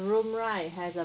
room right has a